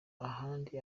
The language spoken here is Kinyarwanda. ahandi